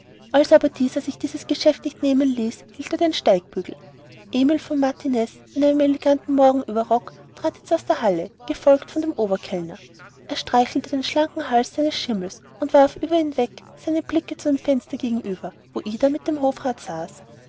als aber dieser sich dieses geschäft nicht nehmen ließ hielt er den steigbügel emil von martiniz in einem eleganten morgenüberrock trat jetzt aus der halle gefolgt von dem oberkellner er streichelte den schlanken hals seines schimmels und warf über ihn weg oft seine blicke zu dem fenster gegenüber wo ida neben dem hofrat saß